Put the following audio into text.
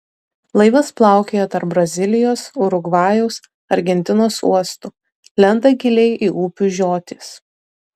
laivas plaukioja tarp brazilijos urugvajaus argentinos uostų lenda giliai į upių žiotis